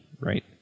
right